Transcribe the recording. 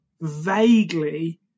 vaguely